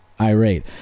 irate